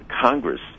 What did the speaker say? Congress